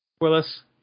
Willis